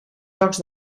jocs